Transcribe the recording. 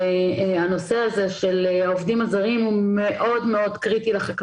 והנושא הזה של עובדים זרים הוא קריטי מאוד לחקלאות,